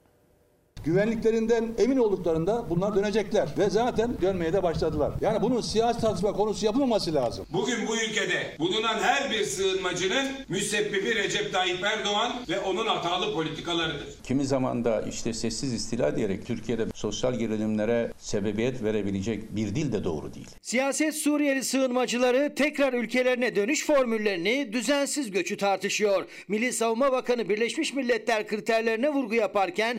Güvenliklerinden emin olduklarında bunlar dönecekler ve zaten dönmeye de başladılar. Yani bunun siyasi tartışma konusu yapılmaması lazım. Bugün bu ülkede bulunan her bir sığınmacının müsebbibi Recep Tayyip Erdoğan ve onun hatalı politikalarıdır. Kimi zamanda işte sessiz istila diyerek Türkiye'de sosyal gerilimlere sebebiyet verebilecek bir dil de doğru değil. Siyaset Suriyeli sığınmacıları tekrar ülkelerine dönüş formüllerini düzensiz göçü tartışıyor. Milli Savunma Bakanı Birleşmiş Milletler kriterlerine vurgu yaparken-